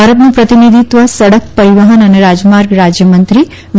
ભારતનું પ્રતિનિધિત્વ સડક પરીવહન અને રાજમાર્ગ રાજય મત્રી વી